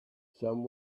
some